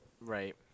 Right